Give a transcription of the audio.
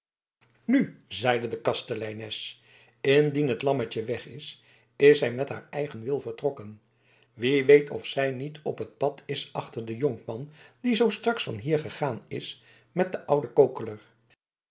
nu zeide de kasteleines indien het lammetje weg is is zij met haar eigen wil vertrokken wie weet of zij niet op het pad is achter den jonkman die zoo straks van hier gegaan is met den ouden